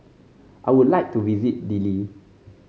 I would like to visit Dili